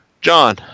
John